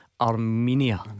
Armenia